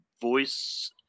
voice